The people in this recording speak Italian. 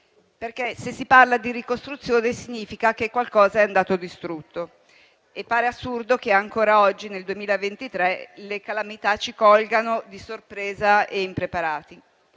perché, se si parla di ricostruzione, significa che qualcosa è andato distrutto e pare assurdo che ancora oggi, nel 2023, le calamità ci colgano di sorpresa e impreparati.